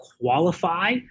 qualify